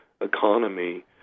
economy